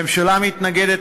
הממשלה מתנגדת